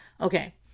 okay